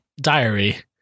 diary